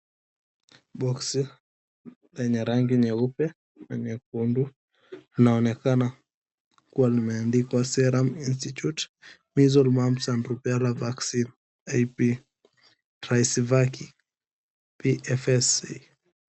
Boksi lenye rangi nyeupe na nyekundu linaonekana kuwa limeandikwa, Serum Institute, Measles, Mumps and Rubella Vaccine, I.P, Tresivac PFS.